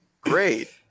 great